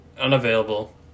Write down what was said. Unavailable